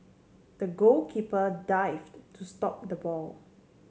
the goalkeeper dived to stop the ball